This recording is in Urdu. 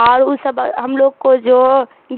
اور او سب ہم لوگ کو جو